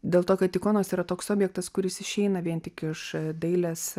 dėl to kad ikonos yra toks objektas kuris išeina vien tik iš dailės